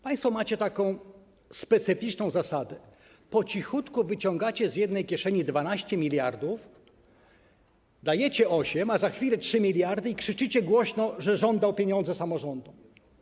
Państwo macie taką specyficzną zasadę, że po cichutku wyciągacie z jednej kieszeni 12 mld, dajecie 8, a za chwilę 3 mld i krzyczycie głośno, że rząd dał pieniądze samorządom.